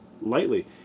lightly